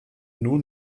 nun